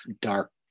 dark